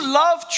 love